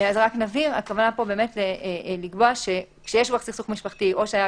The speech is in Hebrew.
נבהיר הכוונה לקבוע שכשיש סכסוך משפטי או שהיו